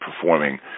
performing